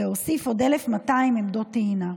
להוסיף עוד 1,200 עמדות טעינה.